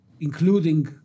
including